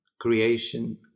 creation